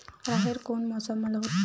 राहेर कोन मौसम मा होथे?